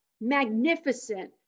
magnificent